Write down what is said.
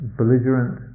belligerent